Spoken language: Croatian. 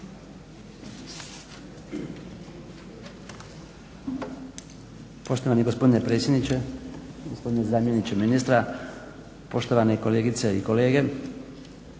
Poštovani gospodine predsjedniče, gospodine zamjeniče ministra, poštovani kolegice i kolege.